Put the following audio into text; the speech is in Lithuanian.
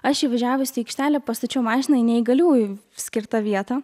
aš įvažiavus į aikštelę pastačiau mašiną į neįgaliųjų skirtą vietą